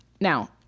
Now